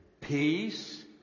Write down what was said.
peace